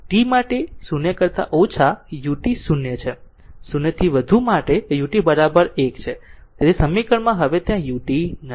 t માટે 0 કરતા ઓછા ut 0 છે 0 થી વધુ માટે ut 1 તેથી સમીકરણમાં હવે ત્યાં ut નથી